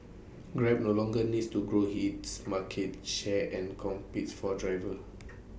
grab no longer needs to grow its market share and compete for drivers